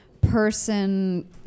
person